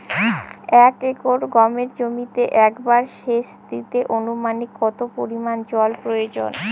এক একর গমের জমিতে একবার শেচ দিতে অনুমানিক কত পরিমান জল প্রয়োজন?